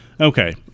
Okay